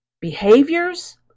behaviors